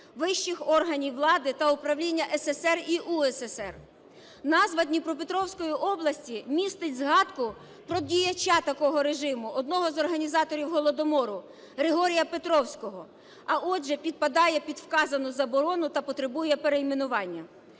вищих органів влади та управління СРСР і УРСР. Назва Дніпропетровської області містить згадку про діяча такого режиму, одного з організаторів Голодомору Григорія Петровського, а отже, підпадає під вказану заборону та потребує перейменування.